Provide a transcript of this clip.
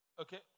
Okay